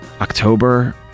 October